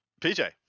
PJ